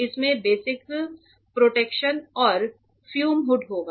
इसमें basic protection और fume hood होगा